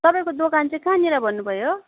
तपाईँको दोकान चाहिँ कहाँनिर भन्नुभयो